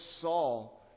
Saul